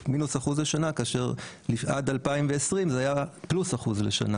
כאשר עד 2020 זה היה פלוס אחוז לשנה.